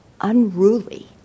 unruly